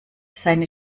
seine